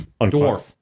Dwarf